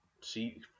see